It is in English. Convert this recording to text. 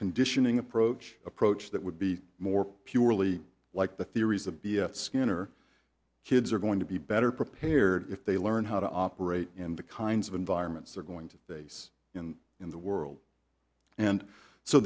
conditioning approach approach that would be more purely like the theories of b f skinner kids are going to be better prepared if they learn how to operate in the kinds of environments they're going to face in in the world and so